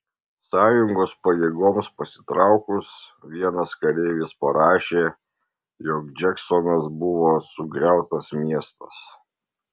sąjungos pajėgoms pasitraukus vienas kareivis parašė jog džeksonas buvo sugriautas miestas